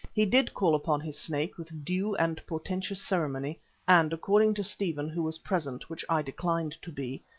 he did call upon his snake with due and portentous ceremony and, according to stephen, who was present, which i declined to be,